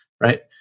right